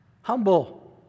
Humble